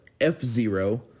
F-Zero